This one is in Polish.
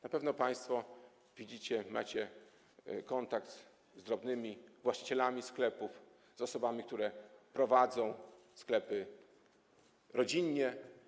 Na pewno państwo widzicie, macie kontakt z drobnymi właścicielami sklepów, z osobami, które prowadzą sklepy rodzinnie.